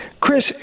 Chris